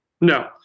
No